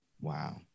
Wow